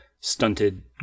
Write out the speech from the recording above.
stunted